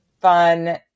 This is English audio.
fun